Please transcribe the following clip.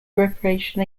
preparation